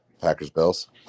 Packers-Bills